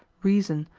reason,